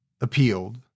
appealed